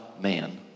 man